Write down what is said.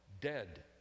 dead